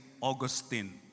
Augustine